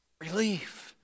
Relief